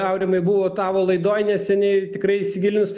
aurimai buvo tavo laidoje neseniai tikrai įsigilinus